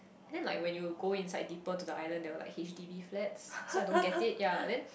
then like when you go inside deeper to the island there were like H_D_B flood so I don't get it yea